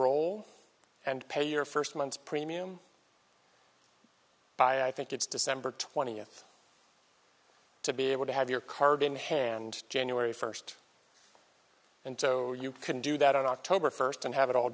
roll and pay your first month's premium by i think it's december twentieth to be able to have your card in hand january first and so you can do that on october first and have it all